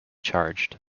charged